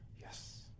Yes